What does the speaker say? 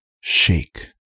shake